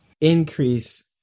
increase